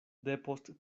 depost